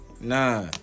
Nah